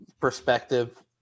perspective